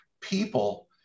people